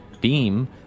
Beam